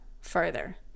further